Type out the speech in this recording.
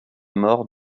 mort